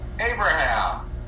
Abraham